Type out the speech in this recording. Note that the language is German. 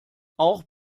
auch